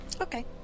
Okay